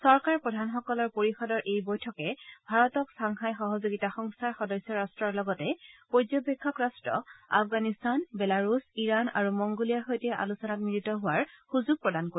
চৰকাৰ প্ৰধানসকলৰ পৰিযদৰ এই বৈঠকে ভাৰতক ছাংঘাই সহযোগিতা সংস্থাৰ সদস্য ৰাষ্ট্ৰৰ লগতে পৰ্যবেক্ষক ৰাট্ট আফগানিস্তান বেলাৰুছ ইৰাণ আৰু মংগোলীয়াৰ সৈতে আলোচনাত মিলিত হোৱাৰ সুযোগ প্ৰদান কৰিব